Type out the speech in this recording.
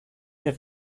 der